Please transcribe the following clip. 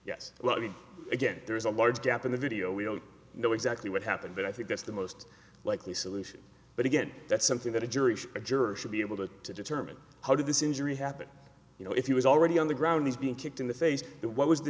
yes well i mean again there is a large gap in the video we don't know exactly what happened but i think that's the most likely solution but again that's something that a jury or a juror should be able to to determine how did this injury happen you know if he was already on the ground he's being kicked in the face but what was the